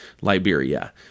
Liberia